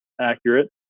accurate